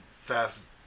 fast